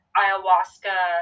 ayahuasca